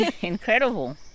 incredible